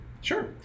Sure